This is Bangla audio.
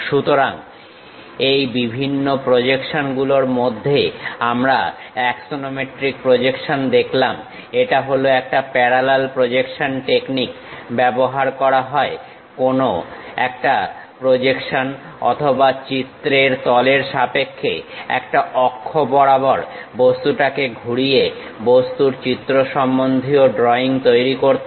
সুতরাং এই বিভিন্ন প্রজেকশনগুলোর মধ্যে আমরা অ্যাক্সনোমেট্রিক প্রজেকশন দেখলাম এটা হল একটা প্যারালাল প্রজেকশন টেকনিক ব্যবহার করা হয় কোন একটা প্রজেকশন অথবা চিত্রের তলের সাপেক্ষে একটা অক্ষ বরাবর বস্তুটাকে ঘুরিয়ে বস্তুর চিত্র সম্বন্ধীয় ড্রইং তৈরি করতে